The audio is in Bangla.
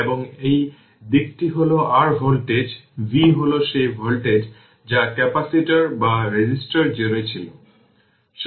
সুতরাং 0 এর সমান iC iR ইতিমধ্যেই একই সার্কিট এবং এই দিকটি হল r ভোল্টেজ v হল সেই ভোল্টেজ যা ক্যাপাসিটর বা রেজিস্টর জুড়ে ছিল